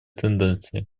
тенденции